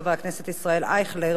חבר הכנסת ישראל אייכלר,